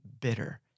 bitter